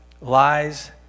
lies